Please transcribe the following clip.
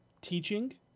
teaching